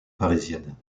parisienne